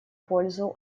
пользу